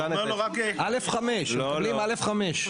מקבלים א5.